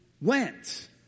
went